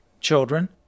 children